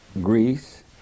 Greece